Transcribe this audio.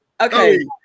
Okay